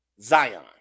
Zion